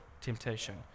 temptation